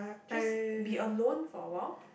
just be alone for awhile